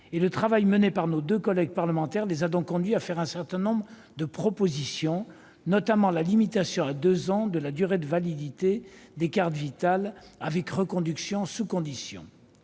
de 120 millions d'euros, nos deux collègues parlementaires ont présenté un certain nombre de propositions, notamment la limitation à deux ans de la durée de validité des cartes Vitale, avec reconduction sous conditions.